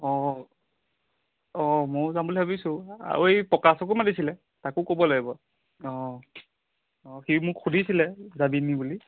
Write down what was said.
অঁ অঁ ময়ো যাম বুলি ভাবিছোঁ আৰু এই প্ৰকাশকো মাতিছিলে তাকো ক'ব লাগিব অঁ সি মোক সুধিছিলে যাবিনি বুলি